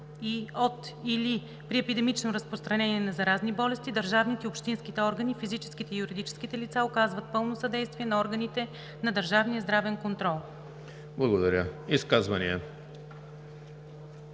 от или при епидемично разпространение на заразни болести държавните и общинските органи, физическите и юридическите лица оказват пълно съдействие на органите на държавния здравен контрол.“